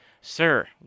Sir